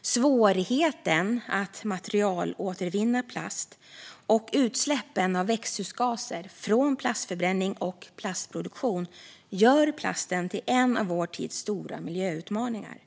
svårigheten att materialåtervinna plast och utsläppen av växthusgaser från plastförbränning och plastproduktion gör plasten till en av vår tids stora miljöutmaningar.